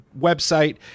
website